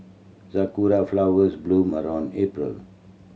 sakura flowers bloom around April